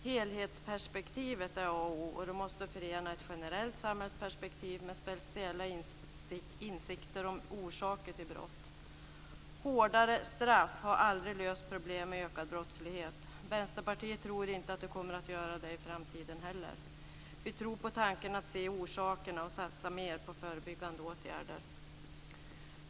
Helhetsperspektivet är A och O, och det måste förena ett generellt samhällsperspektiv med speciella insikter om orsaker till brott. Hårdare straff har aldrig löst problem med ökad brottslighet. Vänsterpartiet tror inte att det kommer att göra det i framtiden heller. Vi tror på tanken att se orsakerna, och satsa mer på förebyggande åtgärder.